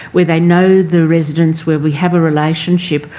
where they know the residents, where we have a relationship,